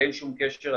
אין שום קשר,